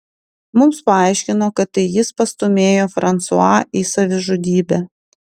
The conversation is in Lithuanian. mums paaiškino kad tai jis pastūmėjo fransua į savižudybę